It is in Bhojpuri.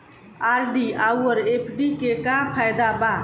आर.डी आउर एफ.डी के का फायदा बा?